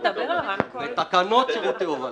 בניגוד לתקנות שירותי הובלה.